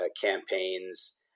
campaigns